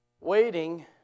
Waiting